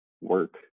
work